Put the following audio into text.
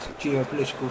geopolitical